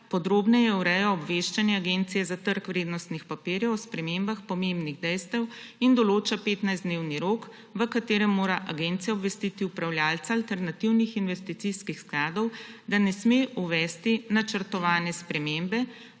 podrobneje ureja obveščanje Agencije za trg vrednostnih papirjev o spremembah pomembnih dejstev in določa 15-dnevni rok, v katerem mora Agencija obvestiti upravljavca alternativnih investicijskih skladov, da ne sme uvesti načrtovane spremembe